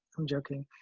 i'm joking,